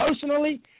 personally